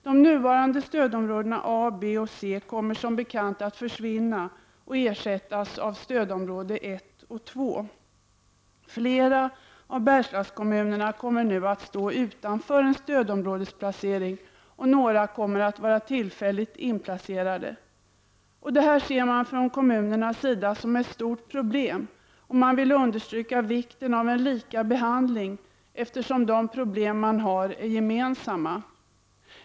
De nuvarande stödområdena A, B och C kommer som bekant att försvinna och ersättas av stödområdena 1 och 2. Flera av Bergslagskommunerna kommer nu att stå utanför en stödområdesplacering, och några kommer att vara tillfälligt inplacerade. Det här ser man från kommunernas sida som ett stort problem, och man vill understryka vikten av en lika behandling, eftersom de problem man har är gemensamma.